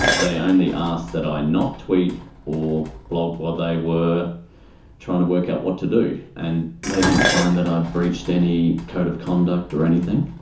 they um only asked that i not tweet or blog while they were trying to work out what to do. and they didn't find that i had breached any code of conduct or anything.